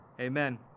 amen